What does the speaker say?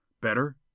Better